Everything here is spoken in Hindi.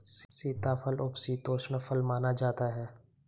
सीताफल उपशीतोष्ण फल माना जाता है